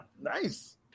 Nice